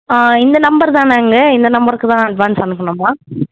ஆ இந்த நம்பர் தானேங்க இந்த நம்பருக்கு தான் அட்வான்ஸ் அனுப்பணுமா